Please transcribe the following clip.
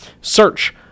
Search